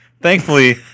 Thankfully